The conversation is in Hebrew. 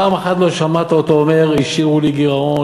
פעם אחת לא שמעת אותו אומר: השאירו לי גירעון.